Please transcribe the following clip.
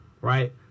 right